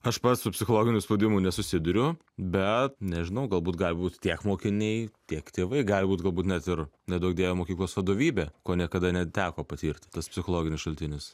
aš pats su psichologiniu spaudimu nesusiduriu bet nežinau galbūt gali būt tiek mokiniai tiek tėvai gali būti galbūt net ir neduok dieve mokyklos vadovybė ko niekada neteko patirt tas psichologinis šaltinis